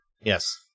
Yes